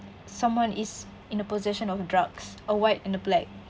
someone is in a possession of drugs a white and a black